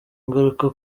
ingaruka